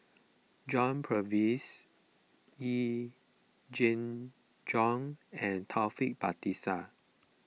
John Purvis Yee Jenn Jong and Taufik Batisah